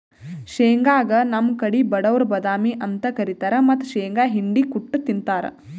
ಶೇಂಗಾಗ್ ನಮ್ ಕಡಿ ಬಡವ್ರ್ ಬಾದಾಮಿ ಅಂತ್ ಕರಿತಾರ್ ಮತ್ತ್ ಶೇಂಗಾ ಹಿಂಡಿ ಕುಟ್ಟ್ ಉಂತಾರ್